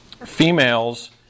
females